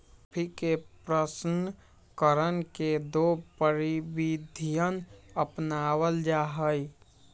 coffee के प्रशन करण के दो प्रविधियन अपनावल जा हई